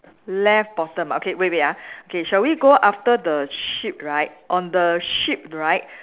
left bottom okay wait wait ah okay shall we go after the sheep right on the sheep right